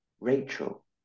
Rachel